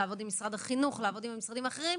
לעבוד עם משרד החינוך והמשרדים האחרים.